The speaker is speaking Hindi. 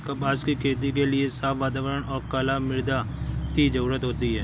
कपास की खेती के लिए साफ़ वातावरण और कला मृदा की जरुरत होती है